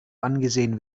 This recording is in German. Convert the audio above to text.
angesehen